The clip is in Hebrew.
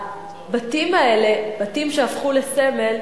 הבתים האלה, בתים שהפכו לסמל,